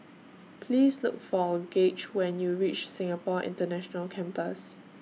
Please Look For Gaige when YOU REACH Singapore International Campus